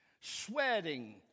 sweating